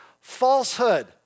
falsehood